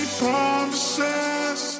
promises